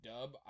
dub